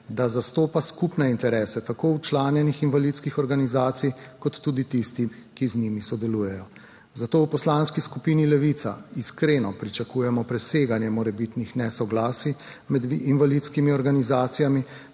da zastopa skupne interese tako včlanjenih invalidskih organizacij kot tudi tisti, ki z njimi sodelujejo, zato v Poslanski skupini Levica iskreno pričakujemo preseganje morebitnih nesoglasij med invalidskimi organizacijami